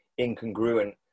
incongruent